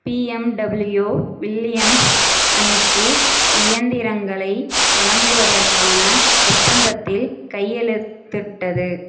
BMW Williams அணிக்கு இயந்திரங்களை வழங்குவதற்கான ஒப்பந்தத்தில் கையெழுத்திட்டது